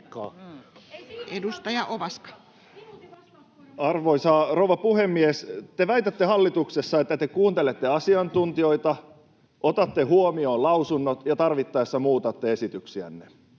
Arvoisa rouva puhemies! Te väitätte hallituksessa, että te kuuntelette asiantuntijoita, otatte huomioon lausunnot ja tarvittaessa muutatte esityksiänne.